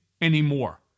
anymore